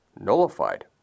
nullified